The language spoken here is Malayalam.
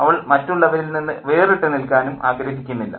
അവൾ മറ്റുള്ളവരിൽ നിന്നു വേറിട്ടുനിൽക്കാനും ആഗ്രഹിക്കുന്നില്ല